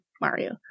Mario